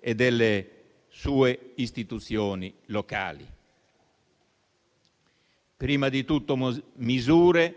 e delle sue istituzioni locali. Prima di tutto occorrono misure